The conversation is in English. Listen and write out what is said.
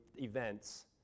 events